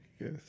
Yes